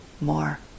more